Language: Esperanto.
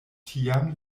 tiam